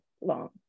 long